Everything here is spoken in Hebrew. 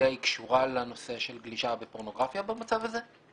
שהגיעה קשורה לנושא של גלישה בפורנוגרפיה במצב הזה?